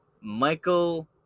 Michael